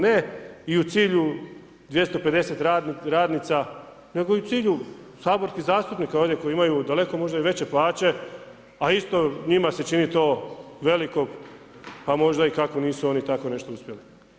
Ne i u cilju 250 radnica nego u cilju saborskih zastupnika ovdje koji imaju daleko možda i veće plaće, a isto, njima se čini to veliko, pa možda i kako nisu oni tako nešto uspjeli.